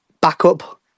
backup